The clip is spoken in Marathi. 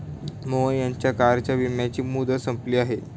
मोहन यांच्या कारच्या विम्याची मुदत संपली आहे